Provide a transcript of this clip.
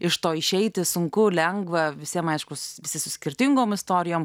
iš to išeiti sunku lengva visiem aišku visi su skirtingom istorijom